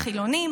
מתגייס,